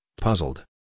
puzzled